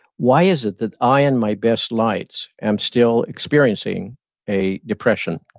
why is it that i in my best lights and still experiencing a depression?